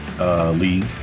League